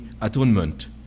atonement